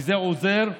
וזה עוזר,